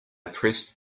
pressed